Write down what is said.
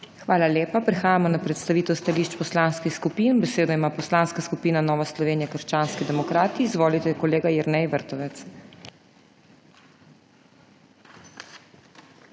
Hvala lepa. Prehajamo na predstavitev stališč poslanskih skupin. Besedo ima Poslanska skupina Nova Slovenija – krščanski demokrati. Izvolite, kolega Jernej Vrtovec.